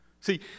See